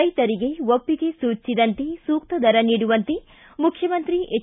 ರೈತರಿಗೆ ಒಪ್ಪಿಗೆ ಸೂಚಿಸಿದಂತೆ ಸೂಕ್ತ ದರ ನೀಡುವಂತೆ ಮುಖ್ಯಮಂತ್ರಿ ಎಚ್